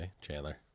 Chandler